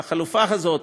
שהחלופה הזאת,